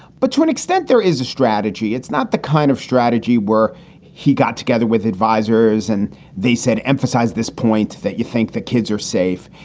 but to an extent, there is a strategy. it's not the kind of strategy where he got together with advisers and they said, emphasize this point that you think the kids are safe.